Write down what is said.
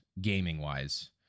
gaming-wise